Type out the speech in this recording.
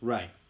Right